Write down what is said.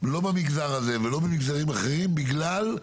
לא במגזר הזה ולא במגזרים אחרים בגלל,